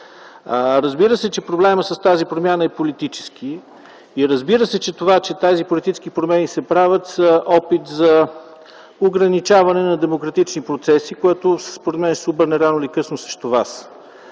Разбира се, че проблемът с тази промяна е политически и разбира се, че тези политически промени са опит за ограничаване на демократичните процеси, което според мен рано или късно ще се